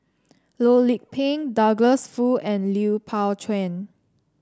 Loh Lik Peng Douglas Foo and Lui Pao Chuen